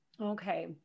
Okay